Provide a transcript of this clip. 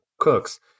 Cooks